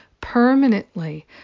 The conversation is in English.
permanently